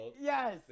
yes